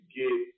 get